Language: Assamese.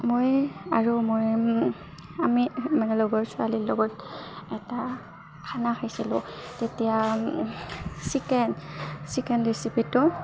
মই আৰু মই আমি মানে লগৰ ছোৱালীৰ লগত এটা খানা খাইছিলোঁ তেতিয়া চিকেন চিকেন ৰেচিপিটো